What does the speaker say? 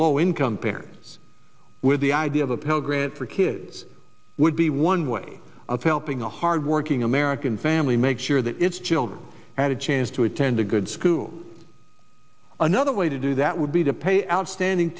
low income parents with the idea of a pell grant for kids would be one way of helping a hardworking american family make sure that its children had a chance to and a good school another way to do that would be to pay outstanding